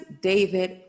David